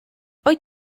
wyt